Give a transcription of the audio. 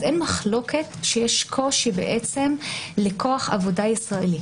אז אין מחלוקת שיש קושי לכוח עבודה ישראלי.